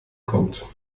kommt